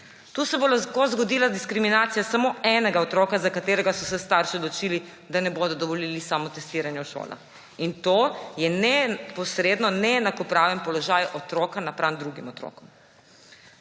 Tu se bo lahko zgodila diskriminacija samo enega otroka, za katerega so se starši odločili, da ne bodo dovolili samotestiranja v šolah, in to je neposredno neenakopraven položaj otroka napram drugim otrokom.